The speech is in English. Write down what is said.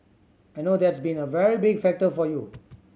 I know that's been a very big factor for you